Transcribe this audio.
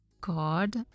God